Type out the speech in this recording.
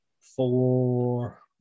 Four